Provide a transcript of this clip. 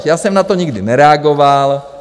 Já jsem na to nikdy nereagoval.